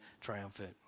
triumphant